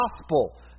gospel